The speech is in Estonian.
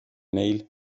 neil